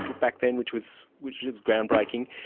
but back then, which was. which was ground-breaking.